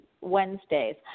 Wednesdays